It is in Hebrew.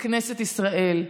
ככנסת ישראל,